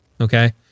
Okay